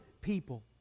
people